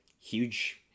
huge